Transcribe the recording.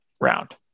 round